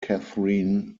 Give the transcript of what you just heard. katharine